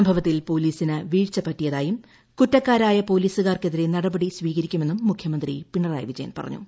സംഭവത്തിൽ പോലീസിന് വീഴ്ച പറ്റിയതായും കുറ്റക്കാരായ പോലീസുകാർക്ക് എതിരെ നടപടി സ്വീകരിക്കുമെന്നും മുഖ്യമന്ത്രി പിണറായി വിജയൻ പറഞ്ഞു